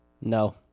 No